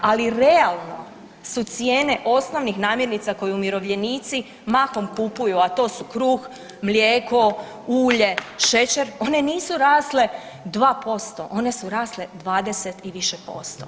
Ali realno su cijene osnovnih namirnica koje umirovljenici mahom kupuju, a to su kruh, mlijeko, ulje, šećer one nisu rasle 2% one su rasle 20 i više posto.